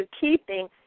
keeping